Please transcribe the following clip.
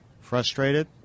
frustrated